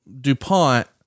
DuPont